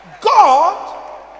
god